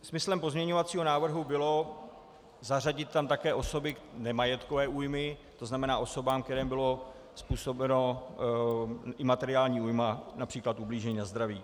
Smyslem pozměňovacího návrhu bylo zařadit tam také osoby nemajetkové újmy, to znamená osoby, kterým byla způsobena i materiální újma, například ublížení na zdraví.